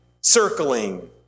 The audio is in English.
circling